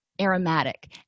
aromatic